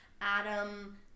Adam